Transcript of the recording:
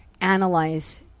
analyze